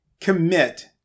commit